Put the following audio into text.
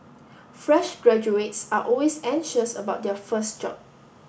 fresh graduates are always anxious about their first job